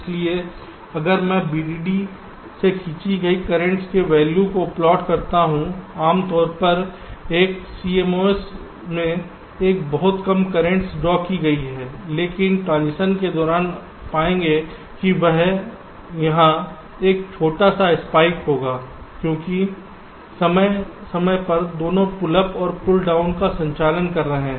इसलिए अगर मैं VDD से खींची गई कर्रेंटस के वैल्यू को प्लॉट करता हूं आम तौर पर एक CMOS में बहुत कम कर्रेंटस ड्रा की गई है लेकिन ट्रांजिशन के दौरान पाएंगे कि वहां यहाँ एक छोटा सा स्पाइक होगा क्योंकि समय समय पर दोनों पुल अप और पुल डाउन का संचालन कर रहे हैं